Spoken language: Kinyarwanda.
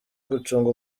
gucunga